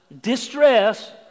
distress